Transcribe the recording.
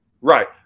right